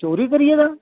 चोरी करी गेदा